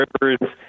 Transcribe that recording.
Rivers